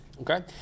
okay